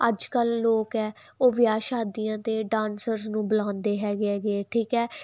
ਅੱਜ ਕੱਲ ਲੋਕ ਐ ਉਹ ਵਿਆਹ ਸ਼ਾਦੀਆਂ ਤੇ ਡਾਂਸਰਸ ਨੂੰ ਬੁਲਾਉਂਦੇ ਹੈਗੇ ਹਗੇ ਠੀਕ ਹੈ